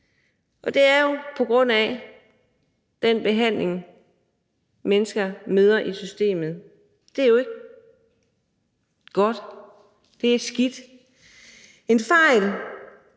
og det er jo på grund af den behandling, mennesker møder i systemet. Det er jo ikke godt, det er skidt. En fejl,